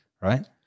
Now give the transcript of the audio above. right